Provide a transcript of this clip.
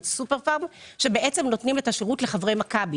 "סופר פארם" - שבעצם נותנים את השירות לחברי מכבי.